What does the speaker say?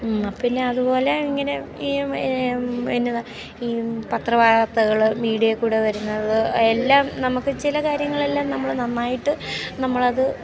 പിന്നെ അതുപോലെ ഇങ്ങനെ ഈ എന്നതാ ഈ പത്ര വാർത്തകൾ മീഡിയയിൽ കൂടെ വരുന്നത് എല്ലാം നമുക്ക് ചില കാര്യങ്ങളെല്ലാം നമ്മൾ നന്നായിട്ട് നമ്മൾ അത്